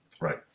right